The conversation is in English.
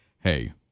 Hey